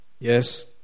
yes